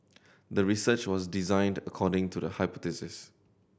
the research was designed according to the hypothesis